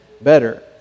better